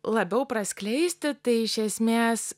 labiau praskleisti tai iš esmės